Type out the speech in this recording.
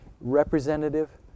representative